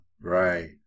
Right